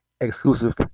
exclusive